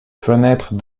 fenêtres